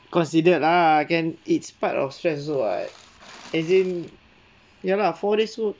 considered lah can it's part of stress also [what] as in ya lah four days work